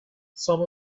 some